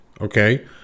okay